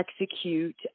execute